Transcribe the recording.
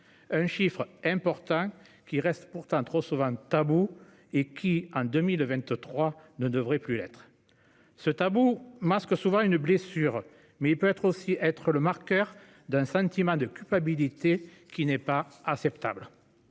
d'un chiffre important, qui reste pourtant trop souvent tabou et qui, en 2023, ne devrait plus l'être. Ce tabou masque souvent une blessure, mais il peut aussi être le marqueur d'un sentiment de culpabilité qui n'est pas acceptable.